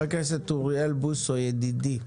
אני מבקש את אוריאל בוסו, ידידי.